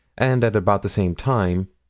and at about the same time,